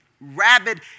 rabid